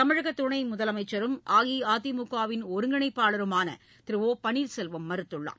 தமிழக துணை முதலமைச்சரும் அஇஅதிமுக வின் ஒருங்கிணைப்பாளருமான திரு ஒ பன்னீர்செல்வம் மறுத்துள்ளார்